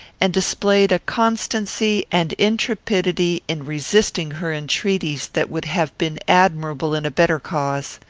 and displayed a constancy and intrepidity in resisting her entreaties that would have been admirable in a better cause.